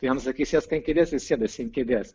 tu jam sakai sėsk ant kėdės jisai sėdasi ant kėdės